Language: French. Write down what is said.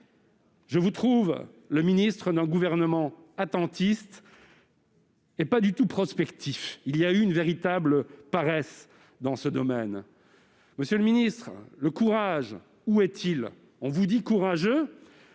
Je vous trouve le ministre d'un gouvernement attentiste et pas du tout prospectif. Il y a eu une véritable paresse dans ce domaine. Où est le courage, monsieur le ministre ? On vous dit courageux ;